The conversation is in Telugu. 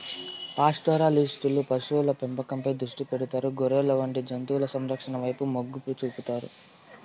పాస్టోరలిస్టులు పశువుల పెంపకంపై దృష్టి పెడతారు, గొర్రెలు వంటి జంతువుల సంరక్షణ వైపు మొగ్గు చూపుతారు